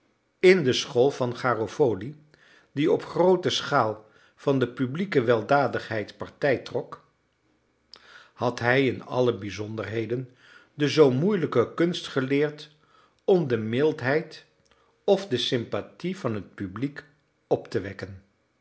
in de school van garofoli die op groote schaal van de publieke weldadigheid partij trok had hij in alle bijzonderheden de zoo moeilijke kunst geleerd om de mildheid of de sympathie van het publiek op te wekken